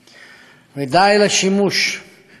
די לשימוש ברגשות המשפחה.